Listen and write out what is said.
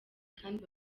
kandi